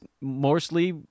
mostly